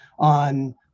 On